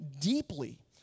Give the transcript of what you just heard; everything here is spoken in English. deeply